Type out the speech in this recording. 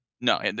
No